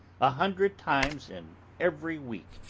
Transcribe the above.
a hundred times in every week,